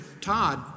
Todd